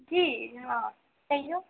की कहिऔ